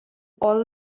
all